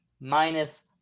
minus